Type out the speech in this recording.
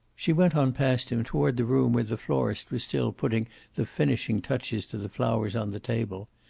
she went on past him, toward the room where the florist was still putting the finishing touches to the flowers on the table.